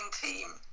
team